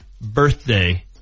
birthday